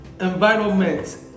environment